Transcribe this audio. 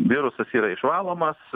virusas yra išvalomas